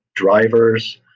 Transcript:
drivers,